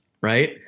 right